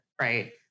right